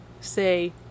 say